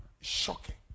shocking